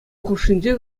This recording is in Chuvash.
хушшинче